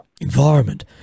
environment